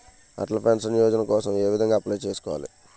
Atal pension Yojana కోసం ఏ విధంగా అప్లయ్ చేసుకోవాలి?